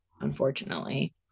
unfortunately